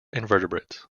invertebrates